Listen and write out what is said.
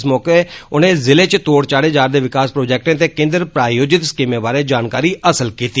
इस मौके उनें जिले च तोढ़ चाढ़े जा'रदे विकास प्रोजेक्टें ते केन्द्र प्रायोजित स्कीमें बारै जानकारी हासल कीती